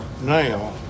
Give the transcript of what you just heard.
now